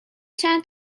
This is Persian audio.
چند